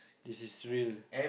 this is real